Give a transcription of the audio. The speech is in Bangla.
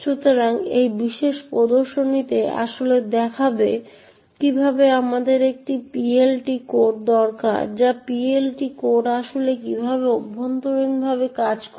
সুতরাং এই বিশেষ প্রদর্শনটি আসলে দেখাবে কীভাবে আমাদের একটি PLT কোড দরকার বা PLT কোড আসলে কীভাবে অভ্যন্তরীণভাবে কাজ করে